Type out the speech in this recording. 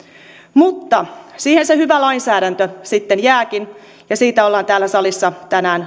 mutta siihen se hyvä lainsäädäntö sitten jääkin ja siitä ollaan täällä salissa tänään